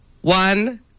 one